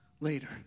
later